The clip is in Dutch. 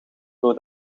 door